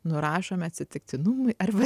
nurašome atsitiktinumui arba